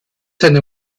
seiner